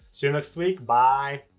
see you next week, bye,